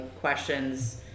questions